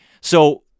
So-